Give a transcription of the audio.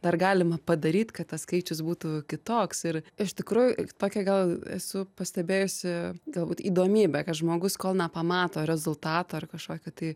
dar galima padaryt kad tas skaičius būtų kitoks ir iš tikrųjų tokią gal esu pastebėjusi galbūt įdomybę kad žmogus kol nepamato rezultato ar kažkokio tai